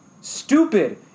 stupid